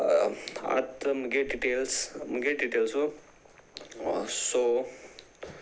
आतां मुगे डिटेल्स मुगे डिटेल्सू सो